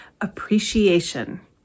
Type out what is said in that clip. appreciation